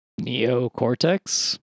Neocortex